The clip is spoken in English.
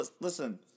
listen